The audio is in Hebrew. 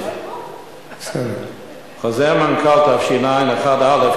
חוזר מנכ"ל תש"ע 1א,